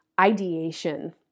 ideation